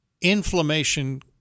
inflammation